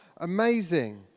amazing